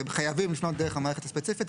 זאת אומרת, שהם חייבים לפנות דרך המערכת הספציפית.